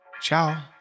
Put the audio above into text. Ciao